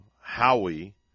Howie